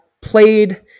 played